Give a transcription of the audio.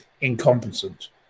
incompetent